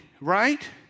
right